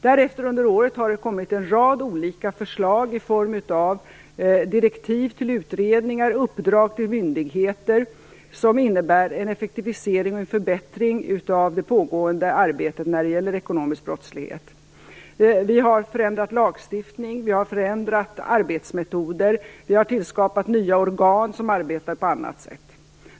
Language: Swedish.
Därefter under året har det kommit en rad olika förslag i form av direktiv till utredningar och uppdrag till myndigheter som innebär en effektivisering och förbättring av det pågående arbetet när det gäller ekonomisk brottslighet. Vi har förändrat lagstiftning, vi har förändrat arbetsmetoder och vi har tillskapat nya organ som arbetar på annat sätt.